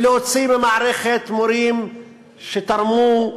ולהוציא מהמערכת מורים שתרמו,